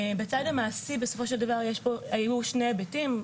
בצד המעשי היו שני היבטים.